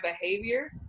behavior